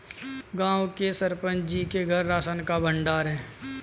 गांव के सरपंच जी के घर राशन का भंडार है